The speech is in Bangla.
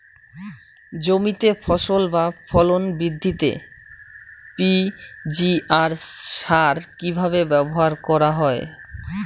জমিতে ফসল বা ফলন বৃদ্ধিতে পি.জি.আর সার কীভাবে ব্যবহার করা হয়?